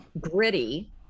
gritty